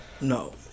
no